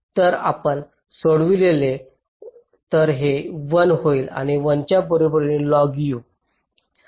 तर आपण सोडवले तर हे 1 होईल 1 च्या बरोबर